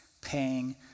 paying